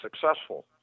successful